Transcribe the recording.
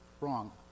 wrong